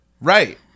right